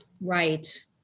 Right